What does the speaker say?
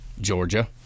georgia